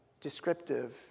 descriptive